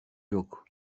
yok